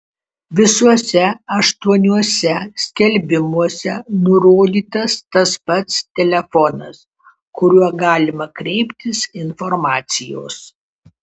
visuose aštuoniuose skelbimuose nurodytas tas pats telefonas kuriuo galima kreiptis informacijos